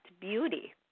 beauty